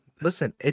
listen